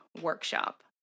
workshop